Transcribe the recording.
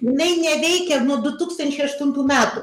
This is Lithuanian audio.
jinai neveikia nuo du tūkstančiai aštuntų metų